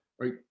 right